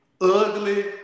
ugly